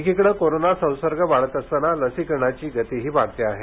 एकिकडे corona संसर्ग वाढत असताना लसीकरणाची गतीही वाढते आहे